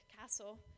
Castle